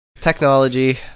Technology